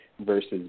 versus